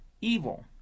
evil